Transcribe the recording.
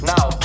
Now